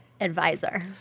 advisor